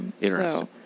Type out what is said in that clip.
Interesting